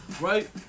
right